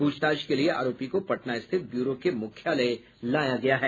पूछताछ के लिए आरोपी को पटना स्थित ब्यूरो के मुख्यालय लाया गया है